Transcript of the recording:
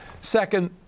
Second